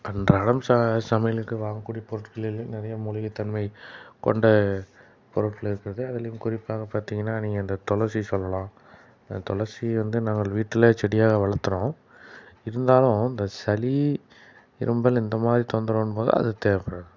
அன்றாடம் சா சமையலுக்கு வாங்கக்கூடிய பெருட்களிலில் நிறைய மூலிகைத் தன்மை கொண்ட பொருட்கள் இருக்கிறது அதிலும் குறிப்பாக பார்த்தீங்கன்னா நீங்கள் இந்த துளசி சொல்லலாம் துளசி வந்து நாங்கள் வீட்டில் செடியாக வளர்த்துறோம் இருந்தாலும் இந்த சளி இரும்பல் இந்த மாதிரி தொந்தரவின்போது அது தேவைப்படுது